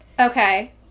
Okay